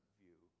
view